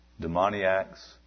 demoniacs